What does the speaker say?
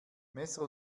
messer